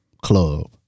club